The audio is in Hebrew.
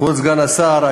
כבוד סגן השר,